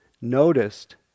noticed